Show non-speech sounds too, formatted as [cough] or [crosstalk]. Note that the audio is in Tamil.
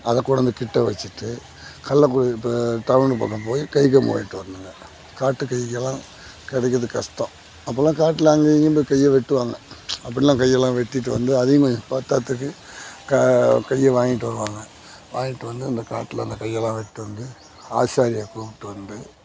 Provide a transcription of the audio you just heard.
அதை கொண்டாந்து கிட்டே வச்சுட்டு கள்ளகுறிச்சி [unintelligible] இப்போ டவுனு பக்கம் போய் கைக்கம்பு வாங்கிட்டு வரணுங்க காட்டு கைங்கெல்லாம் கிடைக்கறது கஷ்டம் அப்போலாம் காட்டில் அங்கே இங்கையும் போய் கையை வெட்டுவாங்க அப்படிலாம் கையெல்லாம் வெட்டிகிட்டு வந்து அதையும் கொஞ்சம் பற்றாததுக்கு கா கையை வாங்கிட்டு வருவாங்க வாங்கிட்டு வந்து இந்த காட்டில் அந்த கையெல்லாம் வெட்டிகிட்டு வந்து ஆசாரியை கூப்பிட்டு வந்து